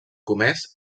comès